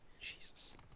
Jesus